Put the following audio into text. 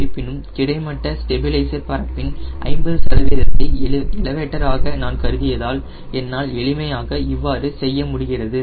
இருப்பினும் கிடைமட்ட ஸ்டெபிலைசர் பரப்பின் 50 சதவீதத்தை எலவேட்டராக நான் கருதியதால் என்னால் எளிமையாக இவ்வாறு செய்ய முடிகிறது